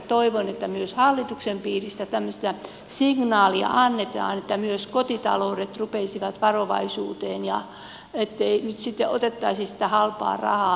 toivon että myös hallituksen piiristä tämmöistä signaalia annetaan että myös kotitaloudet rupeaisivat varovaisuuteen ja ettei nyt sitten otettaisi sitä halpaa rahaa